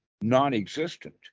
non-existent